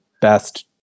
best